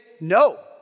no